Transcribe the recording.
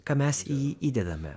ką mes į jį įdedame